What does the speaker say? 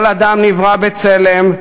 כל אדם נברא בצלם,